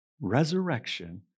Resurrection